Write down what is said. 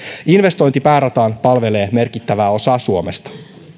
investointi päärataan palvelee merkittävää osaa suomesta